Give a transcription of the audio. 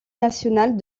nationale